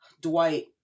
Dwight